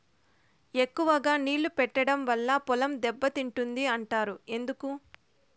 ఎక్కువగా నీళ్లు పెట్టడం వల్ల పొలం దెబ్బతింటుంది అంటారు ఎందుకు?